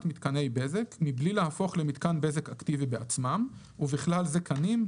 מתקני בזק מבלי להפוך למתקן בזק אקטיבי בעצמם ובכלל זה קנים,